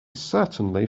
certainly